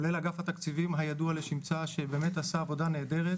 לאגף התקציבים הידוע לשמצה שעשה עבודה נהדרת